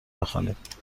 بخوانید